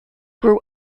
grew